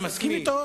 אתה מסכים אתו,